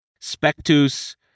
Spectus